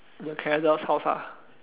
at house ah